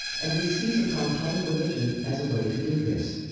and we seize upon public religion as a way to do this.